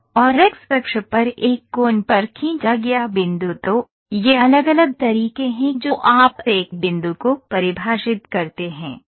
और X अक्ष पर एक कोण पर खींचा गया बिंदु तो ये अलग अलग तरीके हैं जो आप एक बिंदु को परिभाषित करते हैं